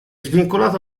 svincolato